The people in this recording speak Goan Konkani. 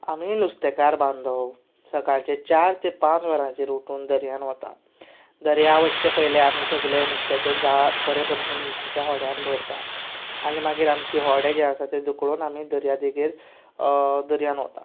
आमी नुस्तेकार बांदव सकाळचे चार ते पांच वरांचेर उटून दर्यांत वता दर्यांत वचचे पयलीं आमी सगळें नुस्त्याचें जाळ बरे बशेन आमच्या होड्यांत भरता आनी मागीर आमचें होडें जें आसा तें धुकलून आमीं दर्या देगेर दर्यांत वता